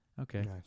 okay